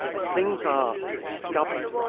things are discovered,